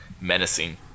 menacing